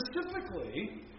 specifically